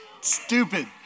stupid